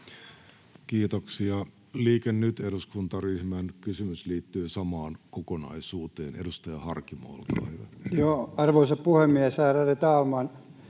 ei unohdu. Liike Nyt -eduskuntaryhmän kysymys liittyy samaan kokonaisuuteen. — Edustaja Harkimo, olkaa hyvä. Arvoisa puhemies, ärade talman!